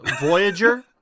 Voyager